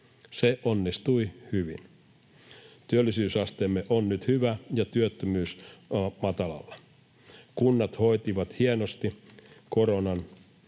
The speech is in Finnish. Se onnistui hyvin. Työllisyysasteemme on nyt hyvä ja työttömyys matalalla. Kunnat hoitivat hienosti koronan.